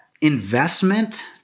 investment